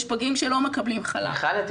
יש פגים שלא מקבלים חלב.